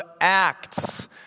Acts